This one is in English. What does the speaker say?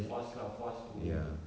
forced lah forced to